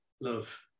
love